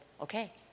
okay